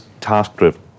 task-driven